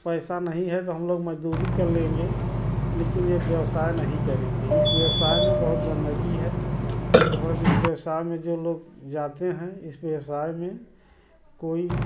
पैसा नहीं है तो हम लोग मजदूरी कर लेंगे लेकिन ये व्यवसाय नहीं करेंगे इस व्यवसाय में बहुत गंदगी है मगर इस व्यवसाय में जो लोग जाते हैं इस व्यवसाय में कोई